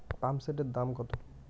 পাম্পসেটের দাম কত?